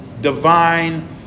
divine